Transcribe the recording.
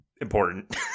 important